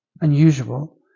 unusual